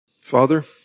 Father